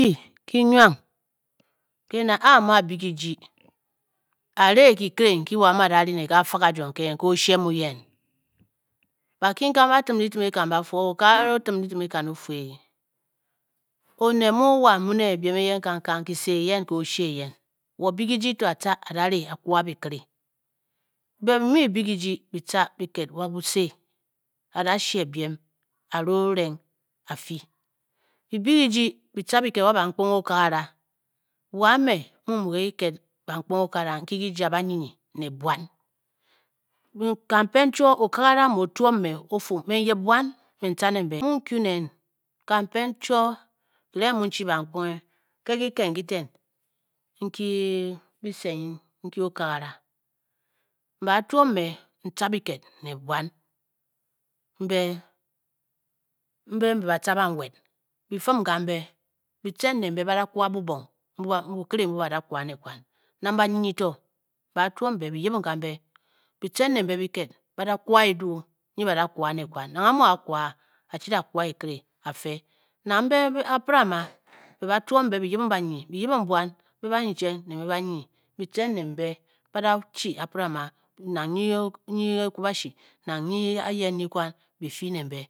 Kyi nwang, ke na, a amu a-byii kyiji, a-ri ng kyikire, nkyi wo a mu a da ri ne ka fa kajo nke yen, ke oshie mu yen, bakinkan ba tim ditim ekan ba fu, okakara o-tim ditim ekan o-fu e e, wo oned mu wa a mu ne biem eyen kangkang kise eyen ke eshe eyen, wo byi kijii to a tca ada ri, a kwa bikire, be bi mu byi kijii bi tca biked wa busyi a da she biem a re o reng a fyi. bi byi kijii bi tca biked wa bankponghe okagara wa mme mmu-mu ke kiked nki bankponghe okagara nki ki ja banyinyi ne buan, ka pen chwoo okagara mu otuom me o fu me n yip buan me tca ne mbe, me mmu n kwyu nen kampen chwoo kireng mmu n chi bankponghe ke kiked nki ten nki n-sed nyin nki okagara ba tuom n tca biked ne buan mbe m be ba tca banwed bi fum kambe bi tcen ne mbe ba da kwa bubong bukire mbuu ba mu- ba da kwa ne kwan nang banyinyi to ba-a tuom mbe bi- yibing gambe bi tcen ne mbe biked ba da kwa edu nyi ba da-kwa ne kwan, nang a a mu- akwa a chi da kwa ekire a fe, nang mbe akparama mbe ba-twom mbe bi yibing banyini, bi yibing buan mbe banyicheng ne mbe banyinyi bi tcen ne mbe ba da chi aprama nang nyi ekwubashi nang nyi ayen nyi kwan bi fyi ne mbe